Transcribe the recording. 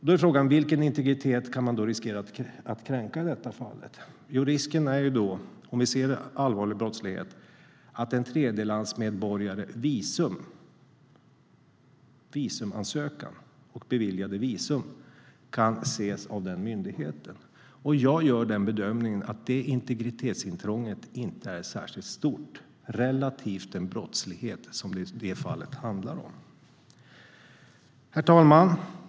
Då är frågan: Vilken integritet finns det risk att man kränker i detta fall? Jo, när man tittar på allvarlig brottslighet finns risken att en tredjelandsmedborgares visumansökan och beviljade visum kan ses av den myndigheten. Jag gör bedömningen att det integritetsintrånget inte är särskilt stort relativt till den brottslighet som det i det fallet handlar om. Herr talman!